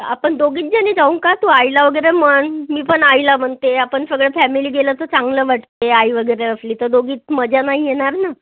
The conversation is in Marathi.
आपण दोघीच जणी जाऊ का तू आईला वगैरे म्हण मी पण आईला म्हणते आपण सगळं फॅमिली गेलं तर चांगलं वाटते आई वगैरे असली तर दोघीत मजा नाही येणार ना